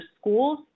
schools